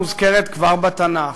מוזכרת כבר בתנ"ך,